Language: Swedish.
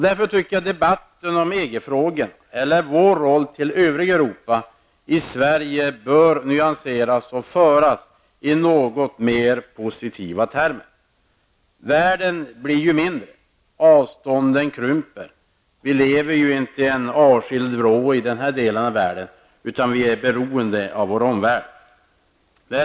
Därför tycker jag att debatten om EG-frågan, eller vår roll i förhållande till det övriga Europa, i Sverige bör nyanseras och föras i något mer positiva termer. Världen blir ju mindre, avstånden krymper. Vi lever ju inte i en avskild vrå i den här delen av världen, utan vi är beroende av vår omvärld.